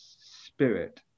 spirit